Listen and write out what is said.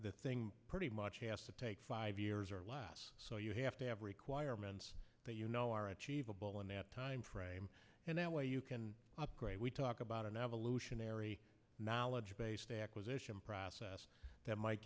the thing pretty much has to take five years or less so you have to have requirements that you know are achievable in that timeframe and that way you can upgrade we talk about an evolutionary knowledge based acquisition process that might